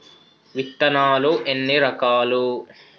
విత్తనాలు ఎన్ని రకాలు?